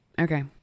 Okay